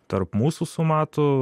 tarp mūsų su matu